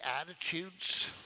attitudes